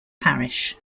parish